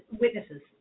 witnesses